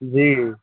जी